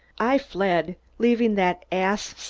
i fled, leaving that ass,